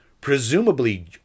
presumably